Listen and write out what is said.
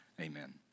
amen